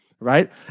right